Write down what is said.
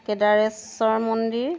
কেদাৰেশ্বৰ মন্দিৰ